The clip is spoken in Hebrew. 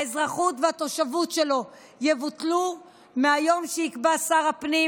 האזרחות והתושבות שלו יבוטלו מהיום שיקבע שר הפנים,